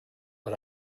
but